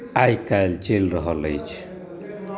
आइ काल्हि चलि रहल अछि